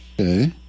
Okay